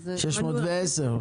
610?